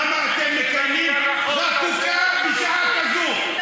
למה אתם מקיימים חקיקה בשעה כזאת?